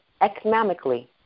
economically